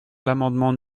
l’amendement